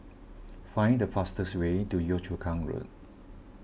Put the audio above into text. find the fastest way to Yio Chu Kang Road